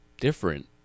different